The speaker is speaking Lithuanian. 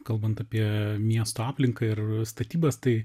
kalbant apie miesto aplinką ir statybas tai